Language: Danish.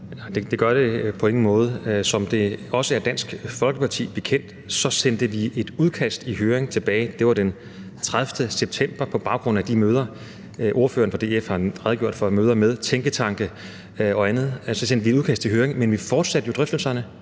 Det gør det på ingen måde. Som det også er Dansk Folkeparti bekendt, sendte vi et udkast i høring – det var den 30. september – på baggrund af de møder, ordføreren fra DF har redegjort for, møder med tænketanke og andet. Og så sendte vi et udkast i høring. Men vi fortsatte jo drøftelserne.